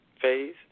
phase